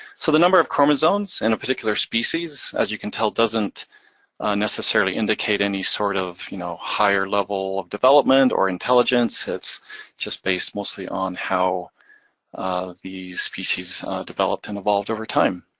so the number of chromosomes in a particular species, as you can tell, doesn't necessarily indicate any sort of, you know, higher level of development or intelligence, it's just based mostly on how these species developed and evolved over time.